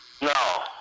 No